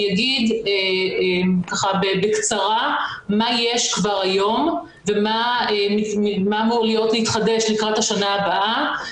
ואגיד בקצרה מה יש כבר היום ומה אמור להתחדש לקראת שנה הבאה.